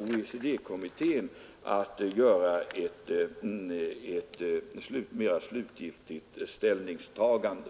OECD-kommittén möjlighet att göra ett mera slutgiltigt ställningstagande.